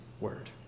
word